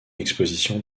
exposition